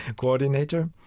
Coordinator